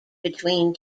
between